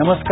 नमस्कार